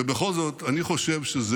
ובכל זאת, אני חושב,